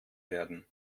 werden